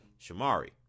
Shamari